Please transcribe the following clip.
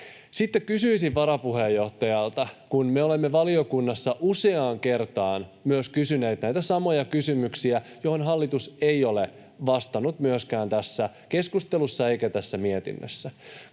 Sitten kysyisin varapuheenjohtajalta. Me olemme myös valiokunnassa useaan kertaan kysyneet näitä samoja kysymyksiä, joihin hallitus ei ole vastannut myöskään tässä keskustelussa eikä tässä mietinnössä.